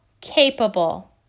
capable